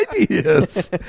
ideas